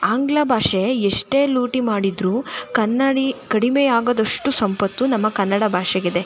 ಆಂಗ್ಲ ಭಾಷೆ ಎಷ್ಟೇ ಲೂಟಿ ಮಾಡಿದರು ಕನ್ನಡ ಕಡಿಮೆಯಾಗದಷ್ಟು ಸಂಪತ್ತು ನಮ್ಮ ಕನ್ನಡ ಭಾಷೆಗಿದೆ